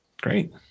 great